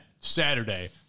Saturday